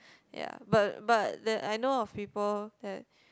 ya but but the~ I know of people that